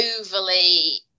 overly